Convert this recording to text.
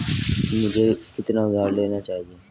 मुझे कितना उधार लेना चाहिए?